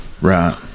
Right